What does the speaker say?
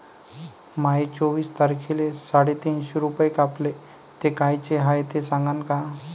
माये चोवीस तारखेले साडेतीनशे रूपे कापले, ते कायचे हाय ते सांगान का?